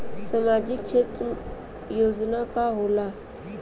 सामाजिक क्षेत्र योजना का होला?